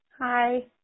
Hi